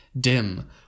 Dim